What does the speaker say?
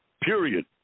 period